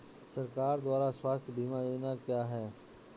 सरकार द्वारा स्वास्थ्य बीमा योजनाएं क्या हैं?